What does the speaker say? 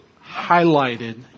highlighted